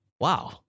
wow